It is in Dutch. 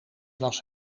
was